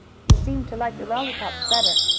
he seemed to like the lollypops better,